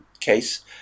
case